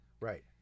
Right